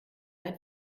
ein